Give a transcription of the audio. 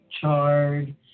chard